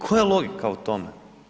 Koja je logika u tome?